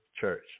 church